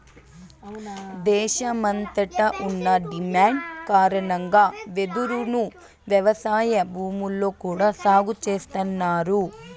దేశమంతట ఉన్న డిమాండ్ కారణంగా వెదురును వ్యవసాయ భూముల్లో కూడా సాగు చేస్తన్నారు